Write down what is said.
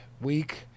week